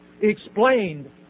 explained